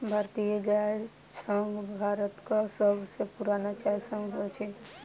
भारतीय चाय संघ भारतक सभ सॅ पुरान चाय संघ अछि